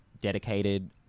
dedicated